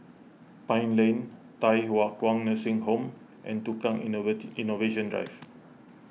Pine Lane Thye Hua Kwan Nursing Home and Tukang Innovate Innovation Drive